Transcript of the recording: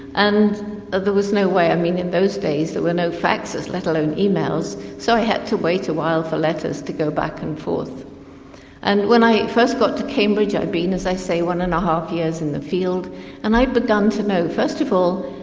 and ah there was no way. i mean, in those days there were no faxes, let alone emails, so i had to wait a while for letters to go back and forth and forth. when i first got to cambridge i'd been, as i say, one and a half years in the field and i'd begun to know. first of all,